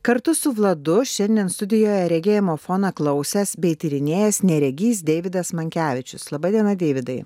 kartu su vladu šiandien studijoje regėjimo foną klausęs bei tyrinėjęs neregys deividas mankevičius laba diena deividai